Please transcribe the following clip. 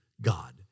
God